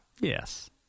Yes